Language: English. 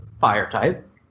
Fire-type